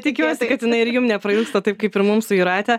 tikiuosi kad jinai ir jum neprailgsta taip kaip ir mum su jūrate